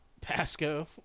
Pasco